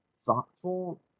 thoughtful